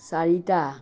চাৰিটা